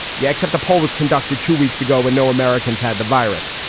yeah except the poll was conducted two weeks ago when no americans had the virus.